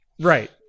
Right